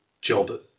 job